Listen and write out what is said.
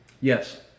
yes